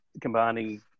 combining